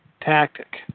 tactic